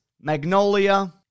magnolia